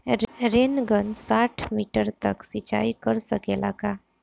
Rain gun साठ metre तक सिचाई कर सकेला का?